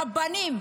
רבנים,